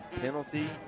penalty